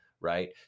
right